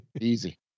Easy